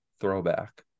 throwback